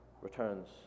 returns